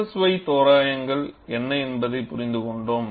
SSY தோராயங்கள் என்ன என்பதைப் புரிந்து கொண்டோம்